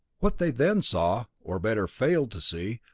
what they then saw, or better, failed to see,